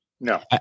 no